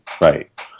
Right